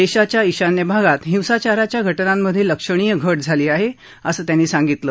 देशाच्या ईशान्य भागात हिंसाचाराच्या घटनांमधे लक्षणीय घट झाली आहे असं त्यांनी सांगितलं